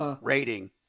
rating